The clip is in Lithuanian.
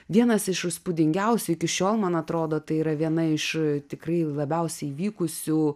vienas iš įspūdingiausių iki šiol man atrodo tai yra viena iš tikrai labiausiai vykusių